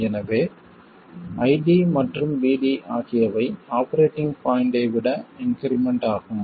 எனவே ID மற்றும் VD ஆகியவை ஆபரேட்டிங் பாய்ண்ட்டை விட இன்க்ரிமெண்ட் ஆகும்